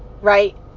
right